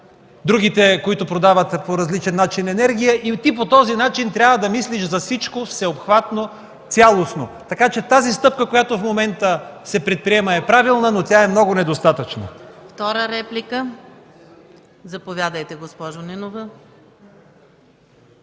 другите, които продават по различен начин енергия. Трябва да мислиш за всичко всеобхватно, цялостно. Така че тази стъпка, която в момента се предприема, е правилна, но тя е много недостатъчна.